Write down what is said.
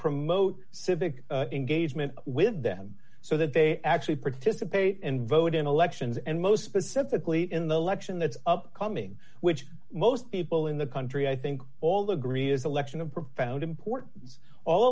promote civic engagement with them so that they actually participate and vote in elections and most specifically in the election that's upcoming which most people in the country i think all agree is election of profound importance all